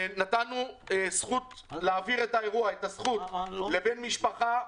נתנו זכות להעביר את האירוע לבן משפחה.